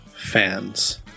fans